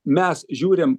mes žiūrim